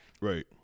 Right